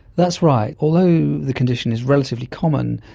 that's right. although the condition is relatively common,